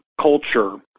culture